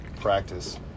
practice